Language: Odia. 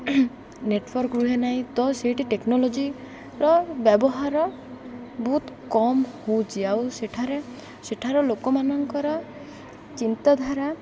ନେଟ୍ୱାର୍କ ରୁହେ ନାହିଁ ତ ସେଇଠି ଟେକ୍ନୋଲୋଜିର ବ୍ୟବହାର ବହୁତ କମ୍ ହେଉଛି ଆଉ ସେଠାରେ ସେଠାର ଲୋକମାନଙ୍କର ଚିନ୍ତାଧାରା